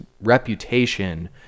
reputation